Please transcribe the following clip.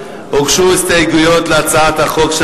הוגשו הסתייגויות להצעת החוק.